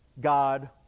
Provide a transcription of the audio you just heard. God